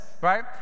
right